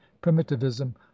primitivism